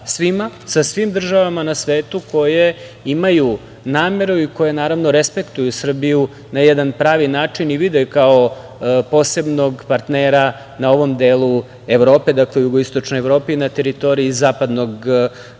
sa svim državama na svetu koje imaju nameru i koja naravno respektuju Srbiju na jedan pravi način i vide kao posebnog partnera na ovom delu Evrope, dakle Jugoistočnoj Evropi, na teritoriji Zapadnog